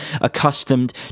accustomed